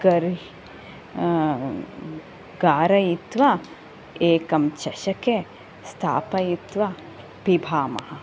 कर्हि कारयित्वा एकं चषके स्थापयित्वा पिबामः